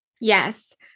Yes